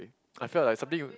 I felt like something